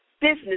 business